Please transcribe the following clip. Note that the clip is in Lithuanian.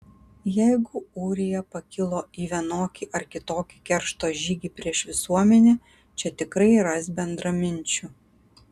jeigu ūrija pakilo į vienokį ar kitokį keršto žygį prieš visuomenę čia tikrai ras bendraminčių